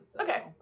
Okay